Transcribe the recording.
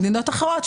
במדינות אחרות,